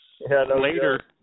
later